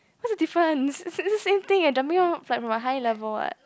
what's the difference is a is a same thing eh jumping off like from a high level what